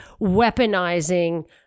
weaponizing